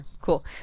Cool